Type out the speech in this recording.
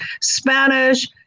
Spanish